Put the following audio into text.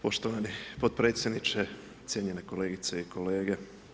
Poštovani potpredsjedniče, cijenjene kolegice i kolege.